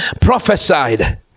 prophesied